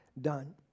done